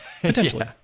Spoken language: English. Potentially